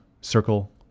circle